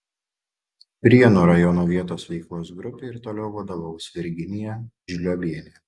prienų rajono vietos veiklos grupei ir toliau vadovaus virginija žliobienė